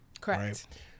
correct